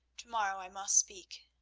to-morrow i must speak,